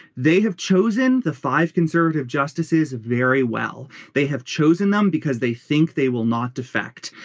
they have chosen the five conservative justices very well they have chosen them because they think they will not defect.